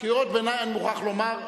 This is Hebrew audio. קריאות ביניים, אני מוכרח לומר: